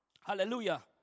Hallelujah